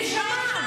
נשמה,